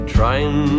Trying